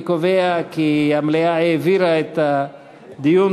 אני קובע כי המליאה העבירה את הדיון